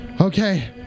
Okay